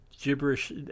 gibberish